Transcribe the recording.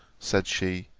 said she,